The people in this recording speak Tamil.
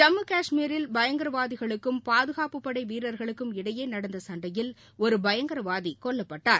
ஜம்மு கஷ்மீரில் பயங்கரவாதிகளுக்கும் பாதுகாப்புப்படை வீரர்களுக்கும் இடையே நடந்த சண்டையில் ஒரு பயங்கரவாதி கொல்லப்பட்டார்